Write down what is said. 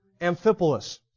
Amphipolis